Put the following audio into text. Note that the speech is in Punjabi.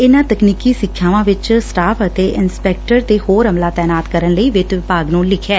ਇਨ੍ਹਾਂ ਤਕਨੀਕੀ ਸਿੱਖਿਆਵਾਂ ਵਿੱਚ ਸਟਾਫ ਅਤੇ ਇੰਸਪੈਕਟਰ ਤੇ ਹੋਰ ਅਮਲਾ ਤੈਨਾਤ ਕਰਨ ਲਈ ਵਿੱਤ ਵਿਭਾਗ ਨੂੰ ਲਿਖਿਐ